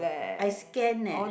I scan leh